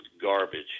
garbage